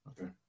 Okay